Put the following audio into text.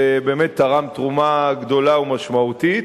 ובאמת תרם תרומה גדולה ומשמעותית.